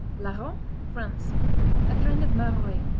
larron france a kind of maroilles.